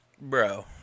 bro